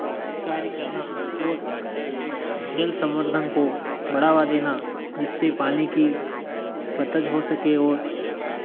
कार्य करना और जल संवर्धन को बढ़ावा देना जिससे पानी की बचत हो सके और